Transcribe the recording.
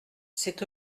c’est